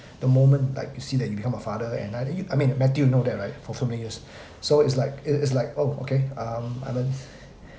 the moment like you see that you become a father and I either you I mean matthew know that right for so many years so its like it its like oh okay um I mean